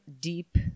deep